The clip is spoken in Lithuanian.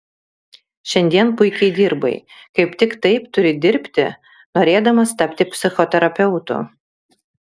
šiandien puikiai dirbai kaip tik taip turi dirbti norėdamas tapti psichoterapeutu